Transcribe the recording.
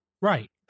Right